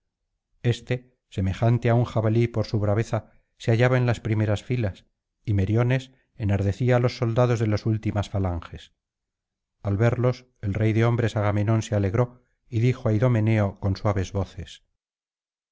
este semejante á un jabalí por su braveza se hallaba en las primeras filas y meriones enardecía á los soldados de las últimas falanges al verlos el rey de hombres agamenón se alegró y dijo á idomeneo con suaves voces